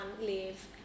live